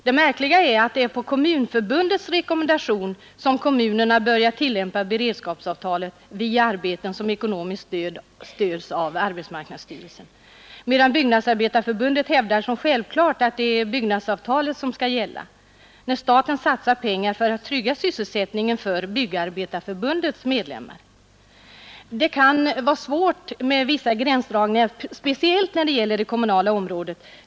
Det märkliga är att det är på Kommunförbundets rekommendation som kommunerna börjat tillämpa beredskapsavtalet via arbeten som ekonomiskt stöds av arbetsmarknadsstyrelsen, medan Byggnadsarbetareförbundet hävdar som självklart att det är byggnadsavtalet som skall gälla när staten satsar pengar för att trygga sysselsättningen för Byggnadsarbetareförbundets medlemmar. Det kan vara svårt med vissa gränsdragningar, speciellt på det kommunala området.